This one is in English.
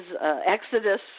exodus